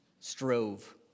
Strove